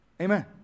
Amen